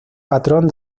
patrón